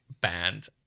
band